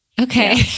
Okay